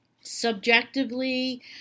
Subjectively